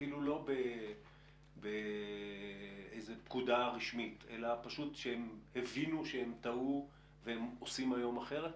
אפילו לא כפקודה רשמית אלא פשוט שהם הבינו שהם טעו והם עושים היום אחרת.